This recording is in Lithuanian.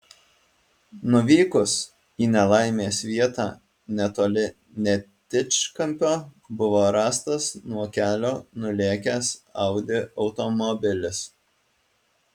nuvykus į nelaimės vietą netoli netičkampio buvo rastas nuo kelio nulėkęs audi automobilis